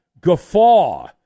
guffaw